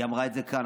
היא אמרה את זה כאן,